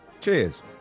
Cheers